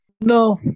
no